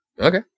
Okay